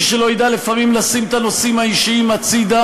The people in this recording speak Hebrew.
מי שלא ידע לפעמים לשים את הנושאים האישיים בצד,